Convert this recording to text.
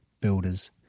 builders